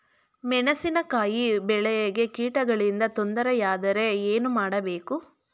ಮೆಣಸಿನಕಾಯಿ ಬೆಳೆಗೆ ಕೀಟಗಳಿಂದ ತೊಂದರೆ ಯಾದರೆ ಏನು ಮಾಡಬೇಕು?